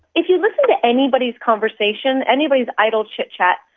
if you listen to anybody's conversation, anybody's idle chitchat,